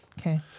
Okay